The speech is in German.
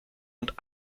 und